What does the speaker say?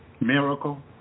miracle